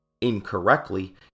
Incorrectly